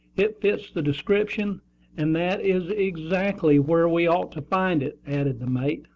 it fits the description and that is exactly where we ought to find it, added the mate.